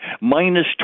minus